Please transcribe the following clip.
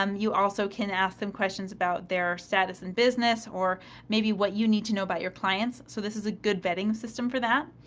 um you also can ask them questions about their status in business or maybe what you need to know about your clients. so, this is a good vetting system for that.